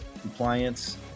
compliance